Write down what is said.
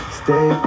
stay